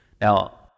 Now